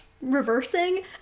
reversing